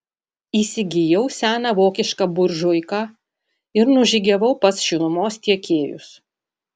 įsigijau seną vokišką buržuiką ir nužygiavau pas šilumos tiekėjus